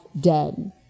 dead